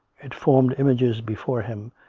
it formed images before him,